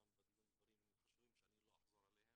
בדיון הועלו דברים חשובים שאני לא אחזור עליהם.